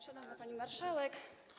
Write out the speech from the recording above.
Szanowna Pani Marszałek!